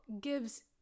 gives